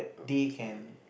okay